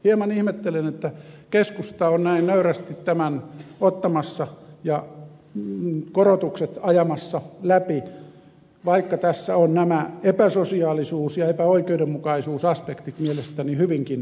hieman ihmettelen että keskusta on näin nöyrästi tämän ottamassa ja korotukset ajamassa läpi vaikka tässä ovat nämä epäsosiaalisuus ja epäoikeudenmukaisuusaspektit mielestäni hyvinkin vahvat